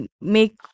make